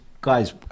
guys